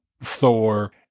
Thor